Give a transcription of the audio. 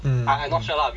mm mm